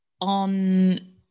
on